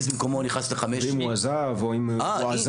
במקומו נכנס לחמש --- אם הוא עזב או אם הועזב.